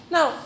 Now